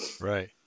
Right